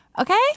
Okay